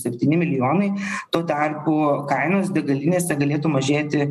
septyni milijonai tuo tarpu kainos degalinėse galėtų mažėti